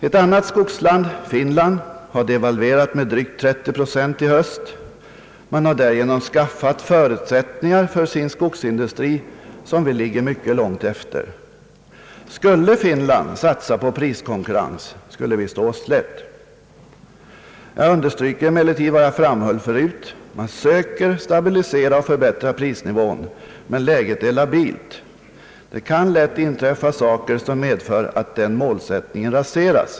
Ett annat skogsland, Finland, har de valverat med drygt 30 procent i höst. Man har därigenom skaffat förutsättningar för sin skogsindustri, som vi ligger mycket långt efter. Skulle Finland satsa på priskonkurrens, skulle vi stå oss slätt. Jag understryker emellertid vad jag framhållit förut: man söker stabilisera och förbättra prininvån, men läget är labilt. Det kan lätt inträffa saker som medför att den målsättningen raseras.